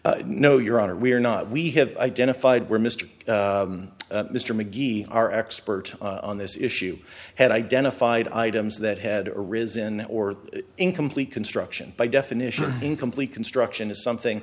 y no your honor we are not we have identified where mister mr mcgee our expert on this issue had identified items that had arisen or incomplete construction by definition incomplete construction is something